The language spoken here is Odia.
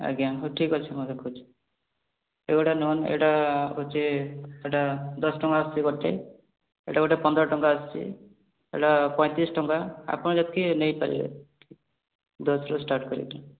ଆଜ୍ଞା ହଉ ଠିକ୍ ଅଛି ହଁ ଦେଖାଉଛି ଏଇଗୋଟା ଏଇଟା ହେଉଛି ସେଟା ଦଶ ଟଙ୍କା ଅଛି ଗୋଟେ ଏଇଟା ଗୋଟେ ପନ୍ଦର ଟଙ୍କା ଆସୁଛି ଏଇଟା ପଇଁତିରିଶ୍ ଟଙ୍କା ଆପଣ ଯେତିକି ନେଇପାରିବେ ଦଶ୍ରୁ ଷ୍ଟାର୍ଟ୍ କରିକି